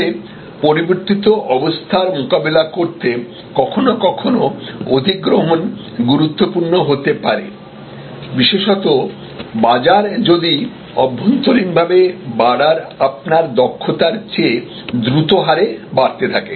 তবে পরিবর্তিত অবস্থার মোকাবেলা করতে কখনও কখনও অধিগ্রহণ গুরুত্বপূর্ণ হতে পারে বিশেষত বাজার যদি অভ্যন্তরীণভাবে বাড়ার আপনার দক্ষতার চেয়ে দ্রুত হারে বাড়তে থাকে